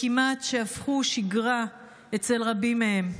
וכמעט שהפכו שגרה אצל רבים מהם.